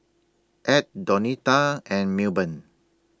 Edd Donita and Milburn